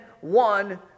one